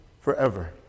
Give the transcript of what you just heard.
Forever